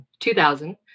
2000